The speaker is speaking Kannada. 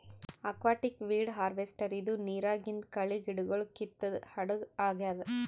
ಅಕ್ವಾಟಿಕ್ ವೀಡ್ ಹಾರ್ವೆಸ್ಟರ್ ಇದು ನಿರಾಗಿಂದ್ ಕಳಿ ಗಿಡಗೊಳ್ ಕಿತ್ತದ್ ಹಡಗ್ ಆಗ್ಯಾದ್